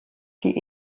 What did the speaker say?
die